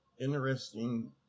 Interesting